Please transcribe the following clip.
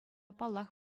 паллах